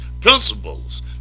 principles